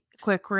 quick